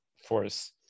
force